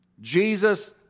Jesus